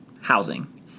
housing